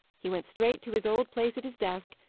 he went straight to his old place at his desk,